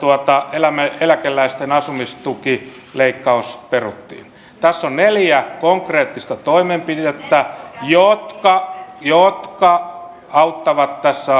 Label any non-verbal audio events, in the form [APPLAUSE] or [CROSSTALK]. eläkeläisten asumistukileikkaus peruttiin tässä on neljä konkreettista toimenpidettä jotka jotka auttavat tässä [UNINTELLIGIBLE]